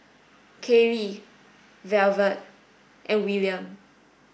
Kaylie Velvet and Willaim